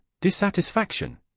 dissatisfaction